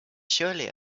surely